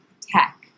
tech